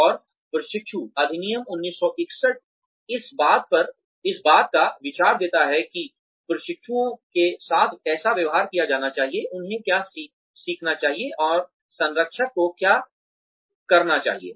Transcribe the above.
और प्रशिक्षु अधिनियम 1961 इस बात का विचार देता है कि प्रशिक्षुओं के साथ कैसा व्यवहार किया जाना चाहिए उन्हें क्या सीखना चाहिए और संरक्षक को क्या करना चाहिए